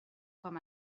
com